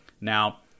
Now